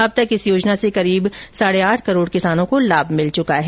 अब तक इस योजना से करीब साढे आठ करोड किसानों को लाभ मिल चुका है